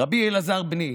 רבי אליעזר, בני,